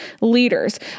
leaders